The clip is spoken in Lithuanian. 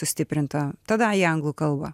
sustiprintą tada į anglų kalbą